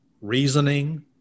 reasoning